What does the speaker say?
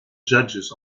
judges